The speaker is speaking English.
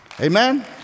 Amen